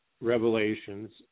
revelations